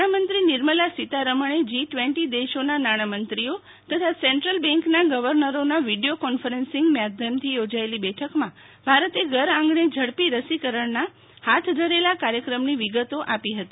નાણામંત્રી નિર્મલા સીતારમણે જી વીસ દેશોના નાણામંત્રીઓ તથા સેન્ટ્રલ બેંકના ગવર્નરોના વીડિયો કોન્ફરન્સિંગ માધ્યમથી યોજાયેલા બેઠકમાં ભારતે ઘરઆંગણે ઝડપી રસીકરણના હાત ધરેલા કાર્યક્રમની વિગતો આપી હતી